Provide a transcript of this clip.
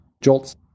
jolts